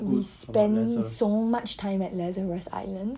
we spend so much time at lazarus island